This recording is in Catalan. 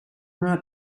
una